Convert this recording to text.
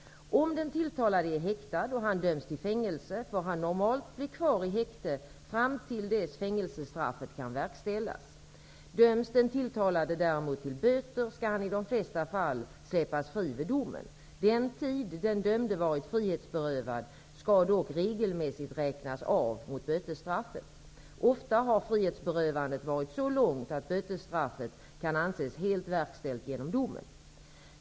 Om den tilltalade är häktad och han döms till fängelse får han normalt bli kvar i häkte fram till dess fängelsestraffet kan verkställas. Döms den tilltalade däremot till böter skall han i de flesta fall släppas fri vid domen. Den tid den dömde varit frihetsberövad skall dock regelmässigt räknas av mot bötesstraffet. Ofta har frihetsberövandet varit så långt att bötesstraffet kan anses helt verkställt genom domen.